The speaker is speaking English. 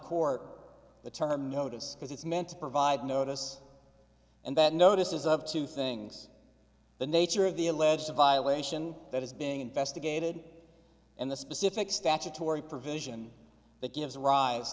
core the term notice because it's meant to provide notice and that notice is of two things the nature of the alleged violation that is being investigated and the specific statutory provision that gives rise